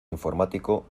informático